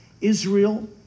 israel